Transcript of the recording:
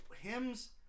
hymns